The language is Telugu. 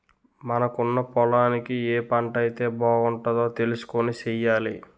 మనకున్న పొలానికి ఏ పంటైతే బాగుంటదో తెలుసుకొని సెయ్యాలి